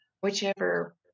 Whichever